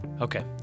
Okay